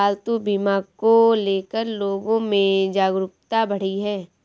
पालतू बीमा को ले कर लोगो में जागरूकता बढ़ी है